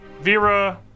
Vera